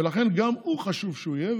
לכן, גם הוא, חשוב שהוא יהיה.